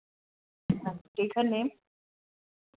केह् करने